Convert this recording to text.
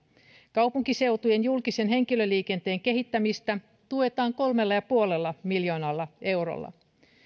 kaupunkiseutujen julkisen henkilöliikenteen kehittämistä tuetaan kolmella pilkku viidellä miljoonalla eurolla